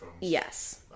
Yes